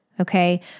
Okay